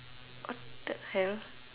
what the hell